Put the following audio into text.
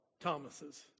Thomas's